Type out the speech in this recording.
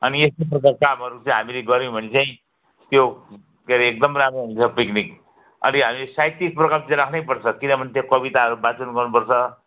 अनि यस्तो प्रकारको कामहरू चाहिँ हामीले गर्यौँ भने चाहिँ त्यो के रे एकदम राम्रो हुन्छ पिकनिक अनि हामी साहित्यिक प्रोग्राम चाहिँ राख्नैपर्छ किनभने त्यो कविताहरू वाचन गर्नुपर्छ